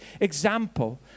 example